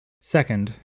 Second